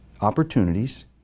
opportunities